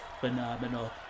phenomenal